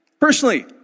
Personally